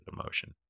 emotion